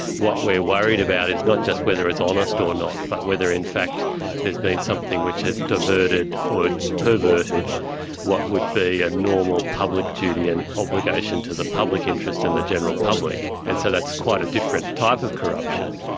what we are worried about is not just whether it's honest or not but whether in fact there has been something which has diverted or perverted what would be a normal public duty and obligation to the public interest and the general public. and so that's quite a different type of corruption.